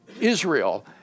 Israel